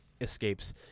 escapes